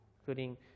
including